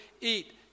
eat